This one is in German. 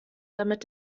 damit